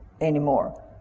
anymore